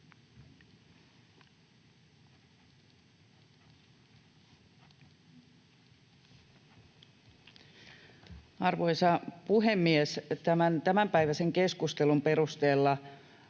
Arvoisa puhemies! Tämän tämänpäiväisen keskustelun perusteella